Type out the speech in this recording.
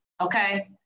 okay